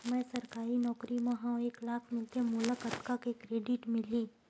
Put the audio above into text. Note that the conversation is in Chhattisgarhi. मैं सरकारी नौकरी मा हाव एक लाख मिलथे मोला कतका के क्रेडिट मिलही?